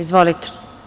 Izvolite.